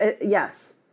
yes